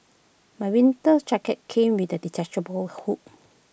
my winter jacket came with A detachable hood